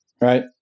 Right